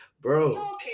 Bro